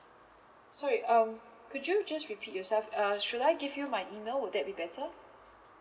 sorry um could you just repeat yourself uh should I give you my email would that be better